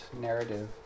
narrative